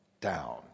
down